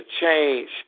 change